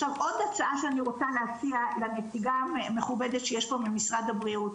עכשיו עוד הצעה שאני רוצה להציע לנציגה המכובדת שיש פה ממשרד הבריאות,